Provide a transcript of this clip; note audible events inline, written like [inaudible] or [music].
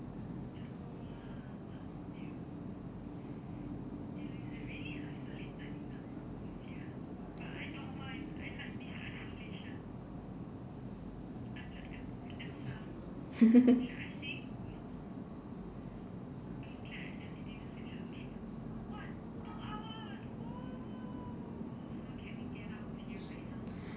[laughs]